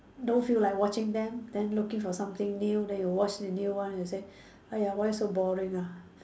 don't feel like watching them then looking for something new then you watch the new one you say !aiya! why so boring ah